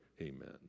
Amen